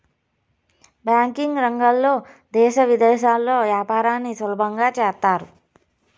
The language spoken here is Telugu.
బ్యాంకింగ్ రంగంలో దేశ విదేశాల్లో యాపారాన్ని సులభంగా చేత్తారు